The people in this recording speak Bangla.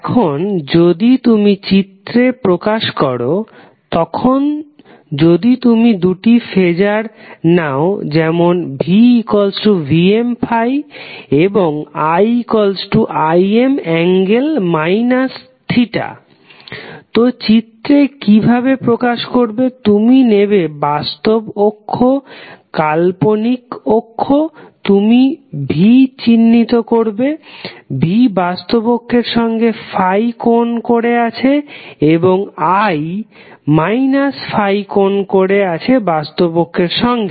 এখন যদি তুমি চিত্রে প্রকাশ করো তখন যদি তুমি দুটি ফেজার নাও যেমন VVm∠∅ এবং IIm∠ θ তো চিত্রে কিভাবে প্রকাশ করবে তুমি নেবে বাস্তব অক্ষ কাল্পনিক অক্ষ তুমি V চিত্রিত করবে V বাস্তব অক্ষের সঙ্গে ∅ কোণ করে আছে এবং I θ কোণ করে আছে বাস্তব অক্ষের সঙ্গে